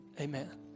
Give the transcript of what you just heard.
Amen